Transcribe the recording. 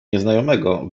nieznajomego